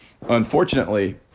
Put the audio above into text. Unfortunately